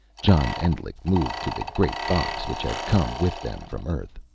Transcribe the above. john endlich moved to the great box, which had come with them from earth.